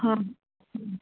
হয়